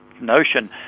notion